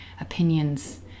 opinions